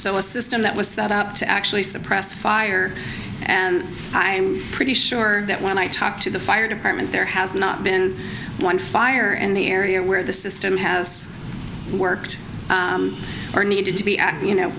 so a system that was set up to actually suppress fire and i'm pretty sure that when i talk to the fire department there has not been one fire and the area where the system has worked or needed to be at you know